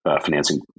financing